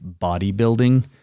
bodybuilding